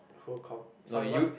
who called sorry what